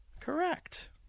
Correct